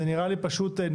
זה נראה לי --- מיותר.